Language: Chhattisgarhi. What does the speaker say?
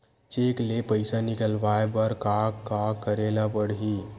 चेक ले पईसा निकलवाय बर का का करे ल पड़हि?